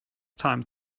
time